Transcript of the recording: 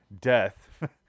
Death